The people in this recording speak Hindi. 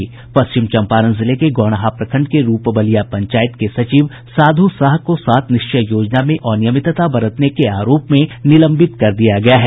पश्चिम चंपारण जिले के गौनाहा प्रखंड के रूपबलिया पंचायत के सचिव साध्र साह को सात निश्चय योजना में अनियमितता बरतने के आरोप में निलंबित कर दिया गया है